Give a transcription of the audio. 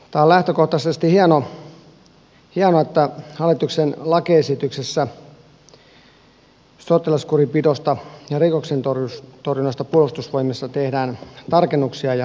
on lähtökohtaisesti hienoa että hallituksen lakiesityksessä sotilaskurinpidosta ja rikoksentorjunnasta puolustusvoimissa tehdään tarkennuksia ja päivityksiä